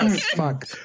fuck